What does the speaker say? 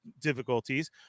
difficulties